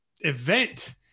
event